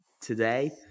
today